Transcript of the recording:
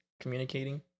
communicating